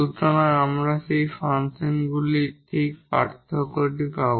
সুতরাং আমরা সেই ফাংশনগুলির ঠিক পার্থক্যটি পাব